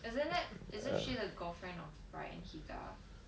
isn't that isn't she the girlfriend of ryan higa